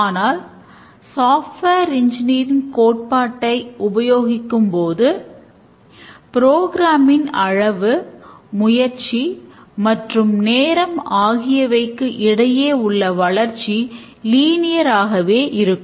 ஆனால் software engineering ஆகவே இருக்கும்